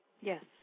Yes